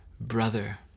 brother